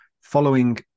following